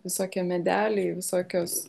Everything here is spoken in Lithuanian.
visokie medeliai visokios